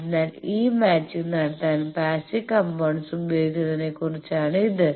അതിനാൽ ഈ മാച്ചിങ് നടത്താൻ പാസ്സീവ് കമ്പോണന്റ്സ് ഉപയോഗിക്കുന്നതിനെക്കുറിച്ചാണ് ഇത്